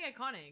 iconic